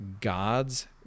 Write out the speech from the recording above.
God's